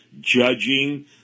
judging